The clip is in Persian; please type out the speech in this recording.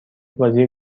بازی